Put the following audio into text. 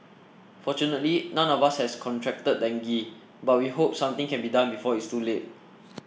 fortunately none of us has contracted dengue but we hope something can be done before it's too late